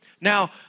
Now